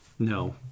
No